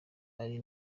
ari